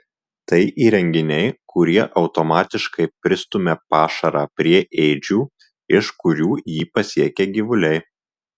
tai įrenginiai kurie automatiškai pristumia pašarą prie ėdžių iš kurių jį pasiekia gyvuliai